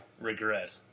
regret